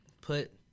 put